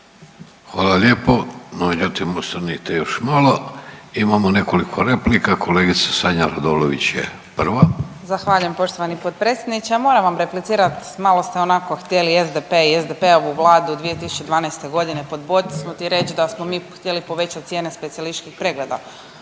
Hvala lijepo, molim ostanite još malo, imamo nekoliko replika, kolegica Sanja Radolović je prva. **Radolović, Sanja (SDP)** Zahvaljujem poštovani potpredsjedniče. A moram vam replicirat, malo ste onako htjeli SDP i SDP-ovu Vladu 2012.g. podbocnut i reć da smo mi htjeli povećat cijene specijalističkih pregleda.